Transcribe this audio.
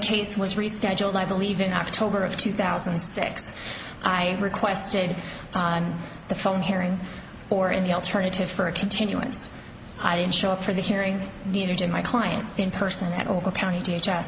case was rescheduled i believe in october of two thousand and six i requested on the phone hearing or in the alternative for a continuance i didn't show up for the hearing neither did my client in person at a local county d